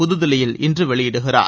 புதுதில்லியில் இன்று வெளியிடுகிறார்